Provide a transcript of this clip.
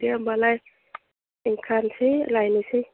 दे होम्बालाय ओंखारनोसै लायनोसै